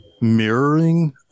mirroring